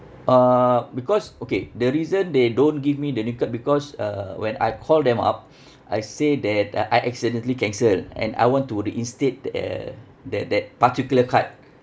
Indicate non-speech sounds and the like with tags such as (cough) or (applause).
uh because okay the reason they don't give me the new card because uh when I call them up (noise) I say that uh I accidentally cancel and I want to reinstate that uh that that particular card